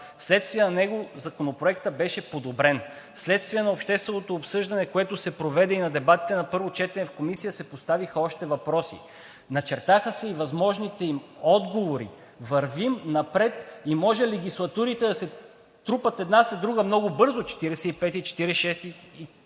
Вследствие на него Законопроектът беше подобрен на общественото обсъждане, което се проведе, и на дебатите на първо четене в Комисията се поставиха още въпроси, начертаха се и възможните им отговори. Вървим напред и може легислатурите да се трупат една след друга много бързо –